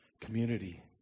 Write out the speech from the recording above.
community